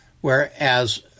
whereas